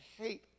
hate